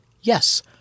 Yes